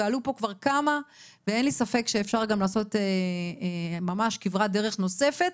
ועלו פה כבר כמה ואין לי ספק שאפשר לעשות כברת דרך נוספת.